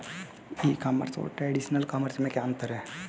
ई commerce और traditional commerce में क्या अंतर है?